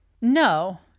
No